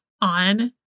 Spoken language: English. on